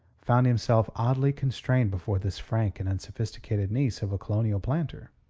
found himself oddly constrained before this frank and unsophisticated niece of a colonial planter.